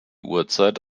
uhrzeit